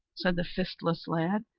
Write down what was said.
said the fistless lad,